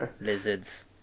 lizards